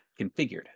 configured